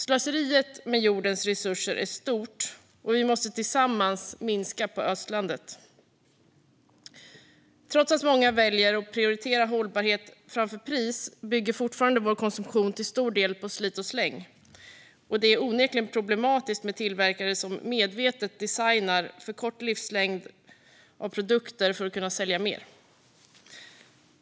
Slöseriet med jordens resurser är stort, och vi måste tillsammans minska ödslandet. Trots att många väljer att prioritera hållbarhet framför pris bygger vår konsumtion fortfarande till stor del på slit och släng. Det är onekligen problematiskt med tillverkare som medvetet designar för kort livslängd på produkter för att kunna sälja mer.